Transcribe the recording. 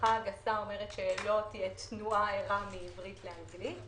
ההערכה הגסה אומרת שלא תהיה תנועה ערה מעברית לאנגלית.